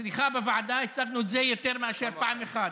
אצלך בוועדה הצגנו את זה יותר מאשר פעם אחת.